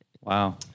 wow